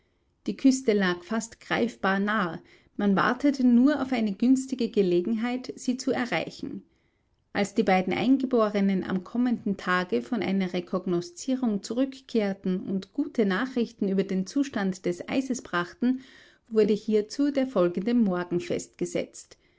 die küste lag fast greifbar nah man wartete nur auf eine günstige gelegenheit sie zu erreichen als die beiden eingeborenen am kommenden tage von einer rekognoszierung zurückkehrten und gute nachricht über den zustand des eises brachten wurde hierzu der folgende morgen festgesetzt